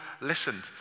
listened